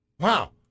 Wow